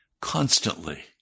constantly